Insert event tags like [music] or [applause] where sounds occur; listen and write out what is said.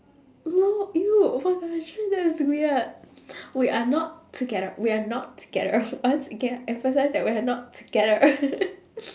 no !eww! oh my gosh wa~ that's weird we're not together we're not together once again emphasise that we're not together [laughs]